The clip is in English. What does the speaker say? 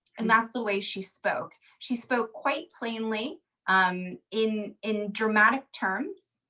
and that's the way she spoke. she spoke quite plainly um in in dramatic terms.